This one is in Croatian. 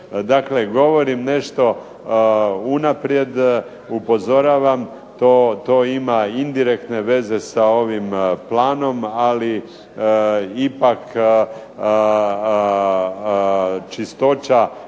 Dakle, govorim nešto unaprijed, upozoravam to ima indirektne veze sa ovim planom, ali ipak čistoća